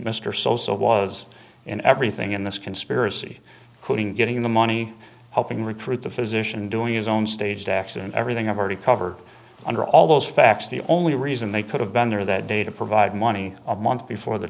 mr sosa was in everything in this conspiracy quoting getting the money hoping recruit the physician doing his own staged acts and everything i've already covered under all those facts the only reason they could have been there that day to provide money a month before the